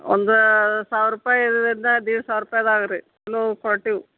ಒಂದು ಸಾವಿರ ರೂಪಾಯಿ ಇದ್ದದ್ರಿಂದ ಡೇಡ್ ಸಾವಿರ ರೂಪಾಯ್ದು ಇದಾವ್ರಿ ಚೊಲೋ ಕ್ವಾಲ್ಟೀವು